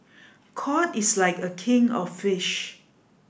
cod is like a king of fish